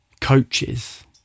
coaches